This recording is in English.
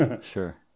Sure